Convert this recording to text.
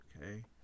okay